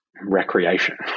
recreation